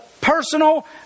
personal